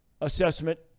assessment